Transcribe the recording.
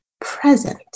present